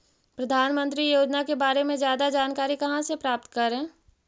प्रधानमंत्री योजना के बारे में जादा जानकारी कहा से प्राप्त करे?